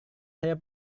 saya